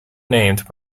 named